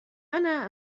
أنا